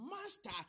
master